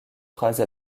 phrase